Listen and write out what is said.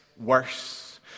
worse